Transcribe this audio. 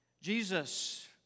Jesus